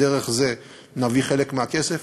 ודרך זה נביא חלק מהכסף.